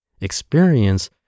Experience